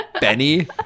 Benny